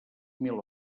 mil